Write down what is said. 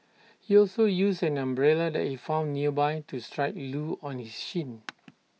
he also used an umbrella that he found nearby to strike Loo on his shin